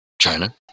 China